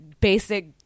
basic